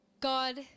God